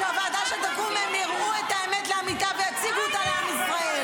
שבוועדה שתקום הן יראו את האמת לאמיתה ויציגו אותה לעם ישראל,